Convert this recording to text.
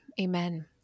Amen